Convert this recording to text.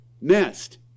nest